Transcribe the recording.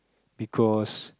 because